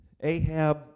Ahab